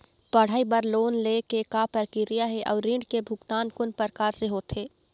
पढ़ई बर लोन ले के का प्रक्रिया हे, अउ ऋण के भुगतान कोन प्रकार से होथे?